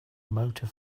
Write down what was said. motor